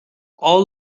all